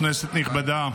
כנסת נכבדה,